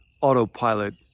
autopilot